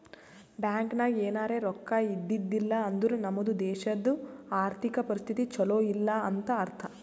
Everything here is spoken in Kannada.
ಬ್ಯಾಂಕ್ ನಾಗ್ ಎನಾರೇ ರೊಕ್ಕಾ ಇದ್ದಿದ್ದಿಲ್ಲ ಅಂದುರ್ ನಮ್ದು ದೇಶದು ಆರ್ಥಿಕ್ ಪರಿಸ್ಥಿತಿ ಛಲೋ ಇಲ್ಲ ಅಂತ ಅರ್ಥ